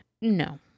No